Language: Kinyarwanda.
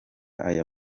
aya